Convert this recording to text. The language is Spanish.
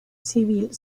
civil